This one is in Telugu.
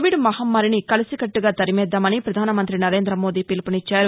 కోవిడ్ మహమ్మారిని కలిసికట్లుగా తరిమేద్దామని పధానమంత్రి నరేందమోదీ పిలుపునిచ్చారు